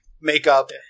makeup